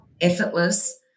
effortless